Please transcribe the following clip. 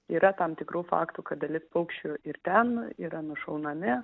yra tam tikrų faktų kad dalis paukščių ir ten yra nušaunami